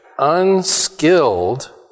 unskilled